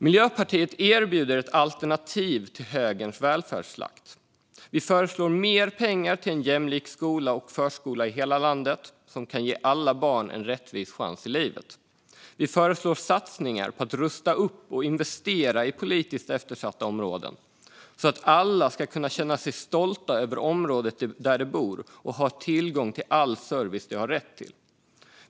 Miljöpartiet erbjuder ett alternativ till högerns välfärdsslakt. Vi föreslår mer pengar till en jämlik skola och förskola i hela landet som kan ge alla barn en rättvis chans till livet. Vi föreslår satsningar på att rusta upp och investera i politiskt eftersatta områden så att alla ska känna sig stolta över området där de bor och ha tillgång till all service de har rätt till.